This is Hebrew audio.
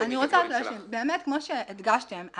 באמת כמו שהדגשתם,